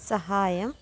സഹായം